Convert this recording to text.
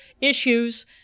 issues